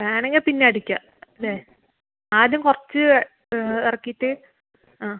വേണമെങ്കിൽ പിന്നെ അടിക്കാം അല്ലേ ആദ്യം കുറച്ച് ഇറക്കിയിട്ട് ആ